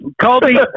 Colby